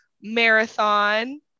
marathon